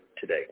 today